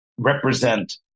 Represent